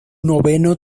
noveno